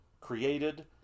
created